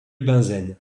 benzène